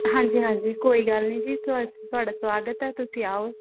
ਹਾਂਜੀ ਹਾਂਜੀ ਕੋਈ ਗੱਲ ਨਹੀਂ ਜੀ ਤੁਹਾਡਾ ਤੁਹਾਡਾ ਸੁਆਗਤ ਹੈ ਤੁਸੀਂ ਆਉ